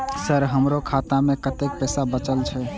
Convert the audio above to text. Sir हमरो खाता में कतेक पैसा बचल छे?